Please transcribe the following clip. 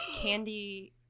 candy